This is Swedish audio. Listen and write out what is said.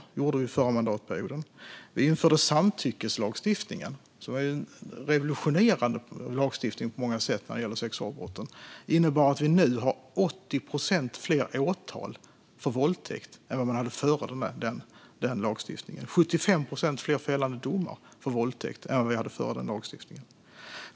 Det gjorde vi under förra mandatperioden. Vi införde samtyckeslagstiftningen, som är en revolutionerande lagstiftning på många sätt när det gäller sexualbrotten. Det innebär att vi nu har 80 procent fler åtal för våldtäkt än vi hade före lagstiftningen. Vi har 75 procent fler fällande domar för våldtäkt än vi hade före lagstiftningen.